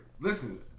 Listen